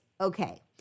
okay